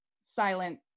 silent